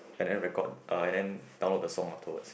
and then record uh and then download the song on towards